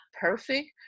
perfect